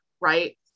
right